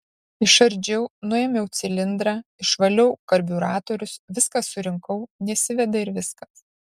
išardžiau nuėmiau cilindrą išvaliau karbiuratorius viską surinkau nesiveda ir viskas